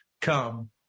come